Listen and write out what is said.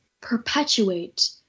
perpetuate